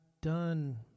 done